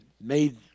made